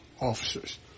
officers